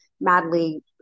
madly